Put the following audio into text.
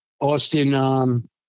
Austin